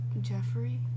Jeffrey